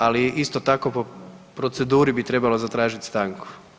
Ali isto tako po proceduri bi trebalo zatražiti stanku.